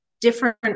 different